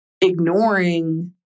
ignoring